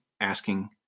asking